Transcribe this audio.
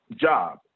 job